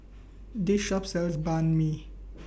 This Shop sells Banh MI